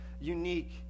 unique